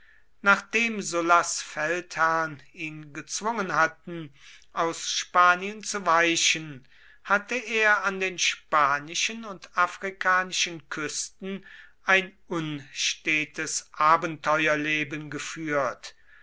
nachdem sullas feldherren ihn gezwungen hatten aus spanien zu weichen hatte er an den spanischen und afrikanischen küsten ein unstetes abenteuerleben geführt